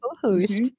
co-host